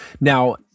Now